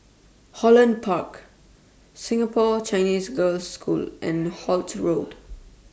Holland Park Singapore Chinese Girls' School and Holt Road